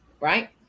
right